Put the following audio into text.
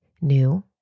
new